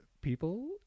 people